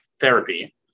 therapy